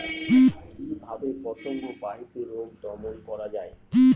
কিভাবে পতঙ্গ বাহিত রোগ দমন করা যায়?